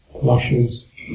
flushes